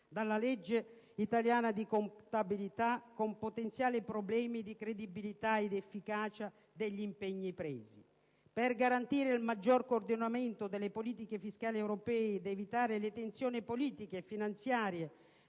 dalla legge italiana di contabilità e ciò potrebbe creare problemi di credibilità ed efficacia degli impegni assunti. Per garantire il maggior coordinamento delle politiche fiscali europee ed evitare le tensioni politiche e finanziarie